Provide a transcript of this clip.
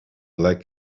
black